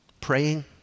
praying